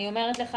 אני אומרת לך,